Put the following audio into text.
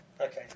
Okay